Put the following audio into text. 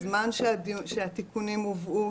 הזמן שהתיקונים שהובאו,